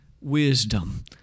Wisdom